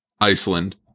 Iceland